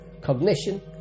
cognition